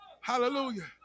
Hallelujah